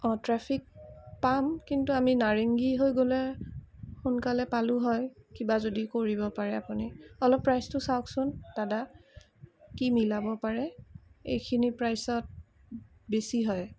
অঁ ট্ৰেফিক পাম কিন্তু আমি নাৰেংগী হৈ গ'লে সোনকালে পালোঁ হয় কিবা যদি কৰিব পাৰে আপুনি অলপ প্ৰাইচটো চাওকচোন দাদা কি মিলাব পাৰে এইখিনি প্ৰাইচত বেছি হয়